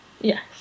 Yes